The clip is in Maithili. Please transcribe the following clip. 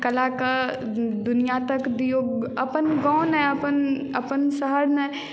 कला के दुनिआ तक दियौ अपन गाँव नहि अपन अपन शहर नहि